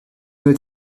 ont